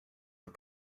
the